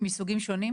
מסוגים שונים?